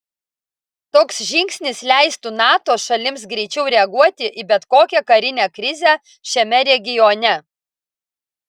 toks žingsnis leistų nato šalims greičiau reaguoti į bet kokią karinę krizę šiame regione